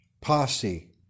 posse